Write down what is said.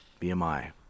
BMI